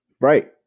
Right